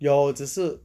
有只是